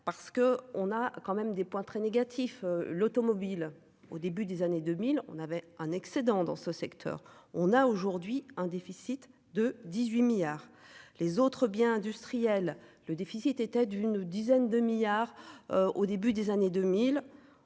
parce que on a quand même des points très négatif. L'automobile au début des années 2000, on avait un excédent dans ce secteur on a aujourd'hui un déficit de 18 milliards les autres biens industriels le déficit était d'une dizaine de milliards. Au début des années 2000